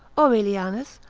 aurelianus,